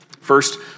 First